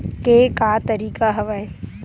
के का तरीका हवय?